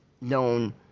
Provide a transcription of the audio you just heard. known